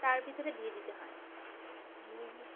তার ভিতরে দিয়ে দিতে হয়